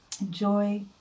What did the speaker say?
Enjoy